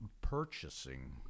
purchasing